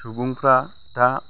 सुबुंफ्रा दा